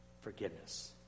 forgiveness